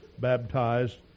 baptized